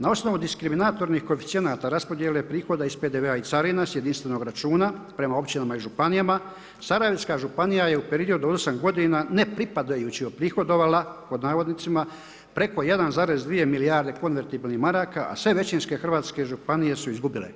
Na osnovu diskriminatornih koeficijenata raspodjele prihoda iz PDV-a i carina s jedinstvenog računa prema općinama i županijama, Sarajevska županija je u periodu od 8 godina nepripadajući „uprihodovala“ preko 1,2 milijarde konvertibilnih maraka, a sve većinske hrvatske županije su izgubile.